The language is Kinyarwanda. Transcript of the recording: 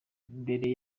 mbere